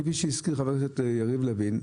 כפי שהזכיר חבר הכנסת יריב לוין,